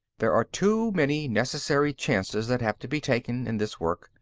there are too many necessary chances that have to be taken, in this work.